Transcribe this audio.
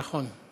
נכון.